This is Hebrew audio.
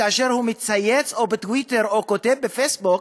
כאשר הוא מצייץ בטוויטר או כותב בפייסבוק